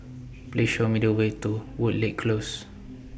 Please Show Me The Way to Woodleigh Close